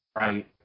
right